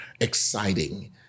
exciting